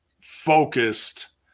focused